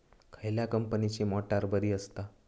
खयल्या कंपनीची मोटार बरी असता?